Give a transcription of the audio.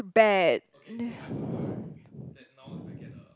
bad